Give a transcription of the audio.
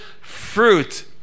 fruit